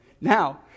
Now